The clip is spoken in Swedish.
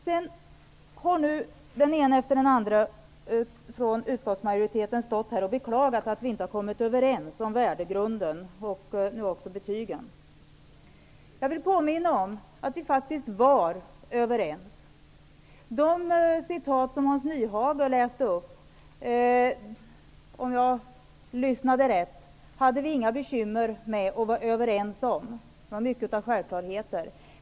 Nu har den ene efter den andre från utskottsmajoriteten beklagat att vi inte kommit överens om värdegrunden och betygen. Jag vill påminna om att vi faktiskt var överens. De citat som Hans Nyhage läste upp -- om jag lyssnade rätt -- hade vi inga bekymmer att vara överens om. Mycket av det är självklarheter.